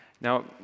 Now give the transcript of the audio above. Now